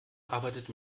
arbeitet